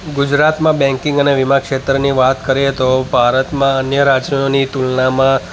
ગુજરાતમાં બૅંકિંગ અને વીમા ક્ષેત્રની વાત કરીએ તો ભારતમાં અન્ય રાજ્યોની તુલનામાં